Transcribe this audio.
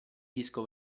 disco